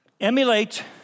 emulate